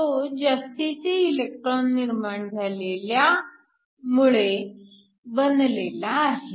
तो जास्तीचे इलेक्ट्रॉन निर्माण झाल्यामुळे बनलेला आहे